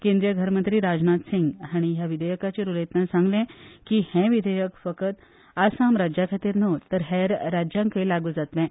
केंद्रीय घर मंत्री राजनाथ सिंग हांणी ह्या विधेयकाचेर उलयतना सांगलें की हें विधेयक फकत आसाम राज्या खातीर न्हय तर हेर राज्यांकूय लागू जातलें